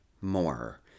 more